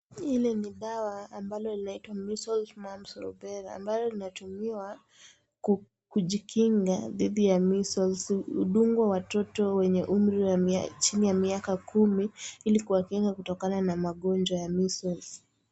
Hili ni dawa ambalo linaitwa (CS)measles mumps rubella(CS) ambalo linatumiwa kujikinga tidhi ya measles na hudungwa watoto wenye chinin ya umri miaka kumi ili kuwakinga kutokana na magonjwa ya(CS) measles(CS).